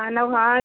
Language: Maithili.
कहलहुँ हँ